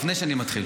לפני שאני מתחיל,